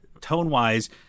tone-wise